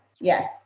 yes